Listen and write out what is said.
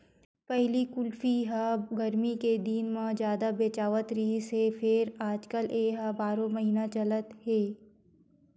पहिली कुल्फी ह गरमी के दिन म जादा बेचावत रिहिस हे फेर आजकाल ए ह बारो महिना चलत हे